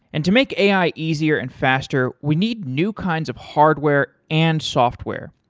and to make ai easier and faster, we need new kinds of hardware and software,